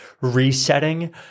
resetting